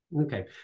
Okay